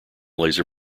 laser